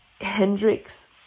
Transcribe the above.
Hendrix